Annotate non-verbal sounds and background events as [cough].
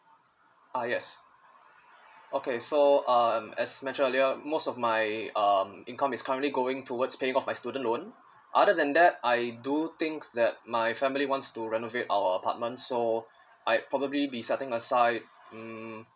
ah yes okay so um as mentioned earlier most of my um income is currently going towards paying off my student loan other than that I do think that my family wants to renovate our apartment so [breath] I probably be setting aside mm